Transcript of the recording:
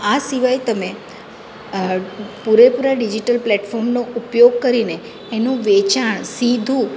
આ સિવાય તમે પૂરેપૂરા ડિઝિટલ પ્લેટફોર્મનો ઉપયોગ કરીને એનું વેચાણ સીધું